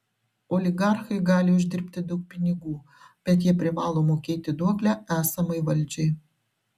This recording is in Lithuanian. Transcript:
oligarchai gali uždirbti daug pinigų bet jie privalo mokėti duoklę esamai valdžiai